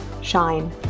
Shine